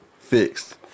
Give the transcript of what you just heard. fixed